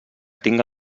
tinga